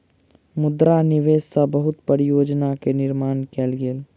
मुद्रा निवेश सॅ बहुत परियोजना के निर्माण कयल गेल